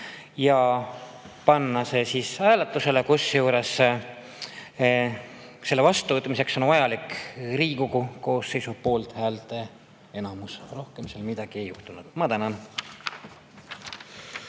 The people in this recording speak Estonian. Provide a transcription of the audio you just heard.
panna see hääletusele, kusjuures selle vastuvõtmiseks on vajalik Riigikogu koosseisu poolthäälte enamus. Rohkem seal midagi ei juhtunud. Ma tänan.